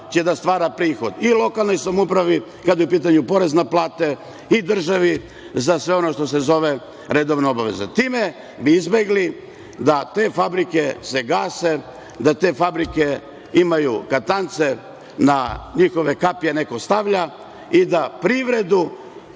i lokalnoj samoupravi, kada je u pitanju porez na plate, i državi, za sve ono što se zovu redovne obaveze. Time bi izbegli da se te fabrike gase, da na te fabrike katance neko stavlja i da privredu